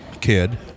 kid